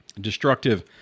destructive